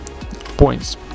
points